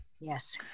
yes